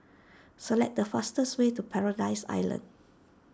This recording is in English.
select the fastest way to Paradise Island